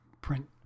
print